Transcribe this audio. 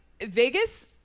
Vegas